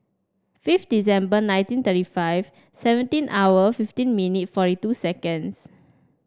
December nineteen thirty five seventeen hour fifty minute forty two seconds